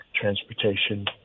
transportation